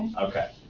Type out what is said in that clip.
okay.